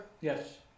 Yes